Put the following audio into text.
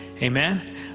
Amen